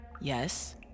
Yes